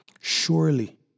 Surely